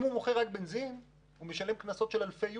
אם הוא מוכר בנזין הוא משלם קנסות של אלפי יורו.